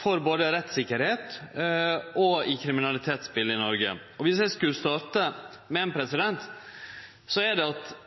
for både rettstryggleiken og kriminalitetsbildet i Noreg. Viss eg skulle starte med ei, er det at